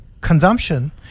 consumption